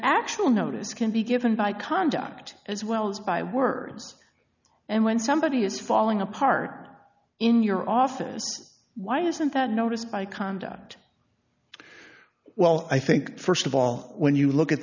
actual notice can be given by conduct as well as by words and when somebody is falling apart in your office why isn't that noticed by conduct well i think st of all when you look